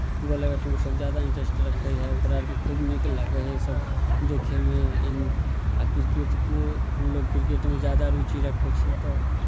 ओसभ ज्यादा इन्ट्रेस्ट रखै हइ ओकरा अरकेँ खूब नीक लागै हइ सभ देखयमे आ क्रिकेटके हमलोग क्रिकेटमे ज्यादा रुचि रखै छी तऽ